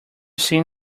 seen